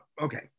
okay